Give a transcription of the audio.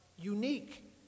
Unique